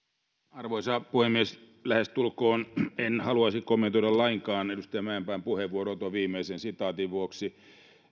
arvoisa puhemies lähestulkoon en haluaisi kommentoida lainkaan edustaja mäenpään puheenvuoroa tuon viimeisen sitaatin vuoksi